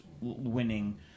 winning